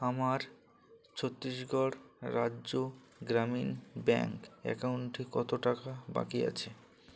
আমার ছত্তিশগড় রাজ্য গ্রামীণ ব্যাঙ্ক অ্যাকাউন্টটি কত টাকা বাকি আছে